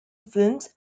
films